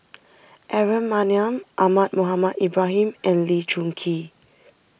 Aaron Maniam Ahmad Mohamed Ibrahim and Lee Choon Kee